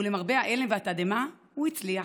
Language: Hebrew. ולמרבה ההלם והתדהמה, הוא הצליח.